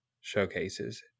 showcases